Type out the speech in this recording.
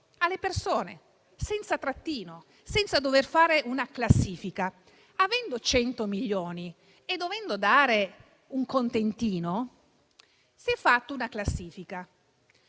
alle persone, senza trattino, senza dover fare una classifica. In questo caso, invece, avendo 100 milioni e dovendo dare un contentino, si è fatta una classifica